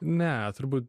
ne turbūt